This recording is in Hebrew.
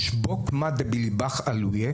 "תשבוק מה דבליבך עלוהי",